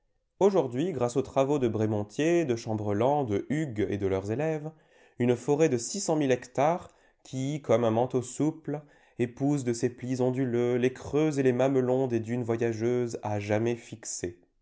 aujourd'hui grâce aux travaux de brémontier de chambrelent de hugues et de leurs élèves une forêt de ooo hectares qui comme un manteau souple épouse de ses plis onduleux les creux et les mamelons des dunes voyageuses à jamais fixées